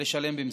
לשלם במזומן.